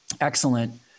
excellent